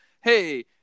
Hey